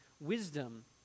Wisdom